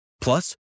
Plus